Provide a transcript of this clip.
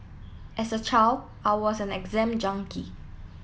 as a child I was an exam junkie